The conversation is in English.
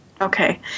Okay